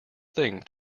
thing